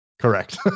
Correct